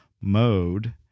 mode